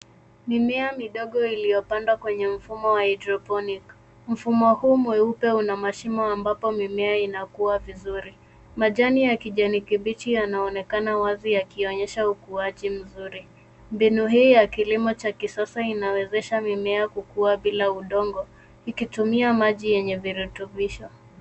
Mimea midogo iliyopandwa kwenye mfumo wa hydroponic . Mfumo huu mweupe una mashimo ambapo mimea inakua vizuri. Majani ya kijani kibichi yanaonekana wazi yakionyesha ukuaji mzuri. Mbinu hii ya kilimo cha kisasa inawezesha mimea kukua bila udongo ikitumia maji yenye virutubisho.